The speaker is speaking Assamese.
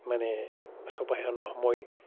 মানে চপায় অনাৰ সময়